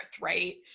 right